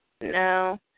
No